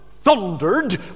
thundered